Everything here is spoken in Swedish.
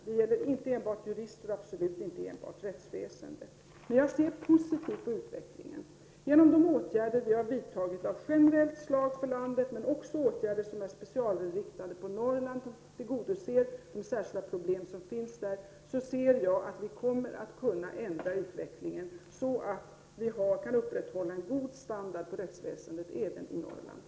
Det gäller inte enbart jurister och absolut inte enbart rättsväsendet. Jag ser positivt på utvecklingen. Genom de åtgärder av generellt slag som regeringen har vidtagit för hela landet, men också genom de åtgärder som speciellt riktats mot Norrland för att lösa de problem som finns där, kommer vi att kunna förändra utvecklingen så att en god standard inom rättsväsendet kan upprätthållas även i Norrland.